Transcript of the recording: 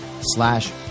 slash